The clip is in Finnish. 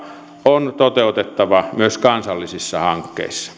on toteutettava myös kansallisissa hankkeissa